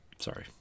Sorry